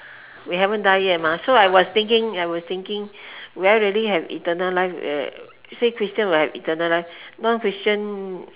we haven't die yet mah so I was thinking I was thinking will I really have eternal life uh say christian will have eternal life non christian